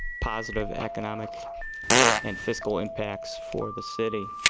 positive economic and fiscal impact for the city.